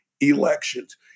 elections